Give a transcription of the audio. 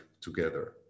together